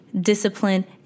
discipline